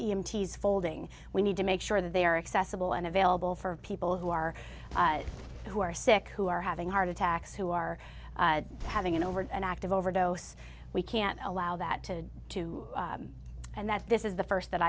is folding we need to make sure that they are accessible and available for people who are who are sick who are having heart attacks who are having an overt an active overdose we can't allow that to too and that this is the first that